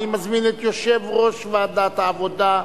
אני מזמין את יושב-ראש ועדת העבודה,